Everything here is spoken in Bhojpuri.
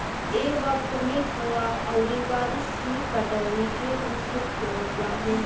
ए वक्त में कुंवा अउरी बारिस ही पटौनी के मुख्य स्रोत बावे